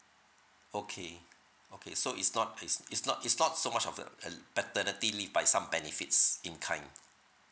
okay okay so it's not it's it's not it's not so much of the l~ paternity leave but it some benefits in kind